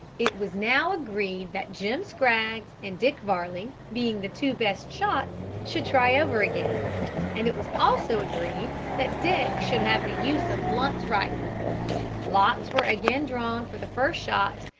it was now agreed that jim scraggs and dick varley, being the two best shots, should try over again and it was also agreed that dick should have the use of blunt's rifle lots were again drawn for the first shot,